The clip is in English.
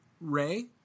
Ray